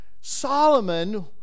Solomon